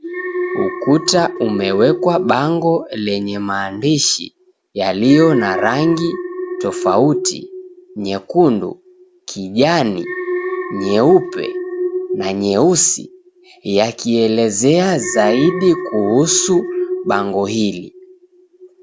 Ukuta umewekwa bango lenye maandishi yaliyo na rangi tofauti: nyekundu, kijani, nyeupe na nyeusi, yakielezea zaidi kuhusu bango hili.